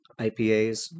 IPAs